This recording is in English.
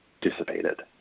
dissipated